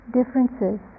differences